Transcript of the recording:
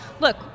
look